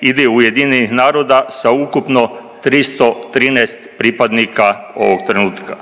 ili UN-a sa ukupno 313 pripadnika ovog trenutka.